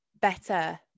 better